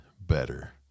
better